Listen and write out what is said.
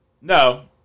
No